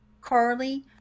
Carly